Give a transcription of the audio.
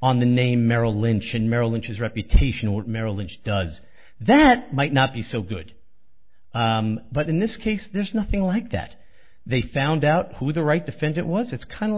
on the name merrill lynch and merrill lynch is reputation what merrill lynch does that might not be so good but in this case there's nothing like that they found out who the right defendant was it's kind